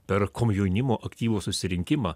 per komjaunimo aktyvo susirinkimą